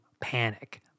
panic